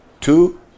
Two